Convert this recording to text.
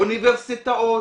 אוניברסיטאות.